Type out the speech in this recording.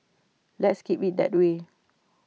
let's keep IT that way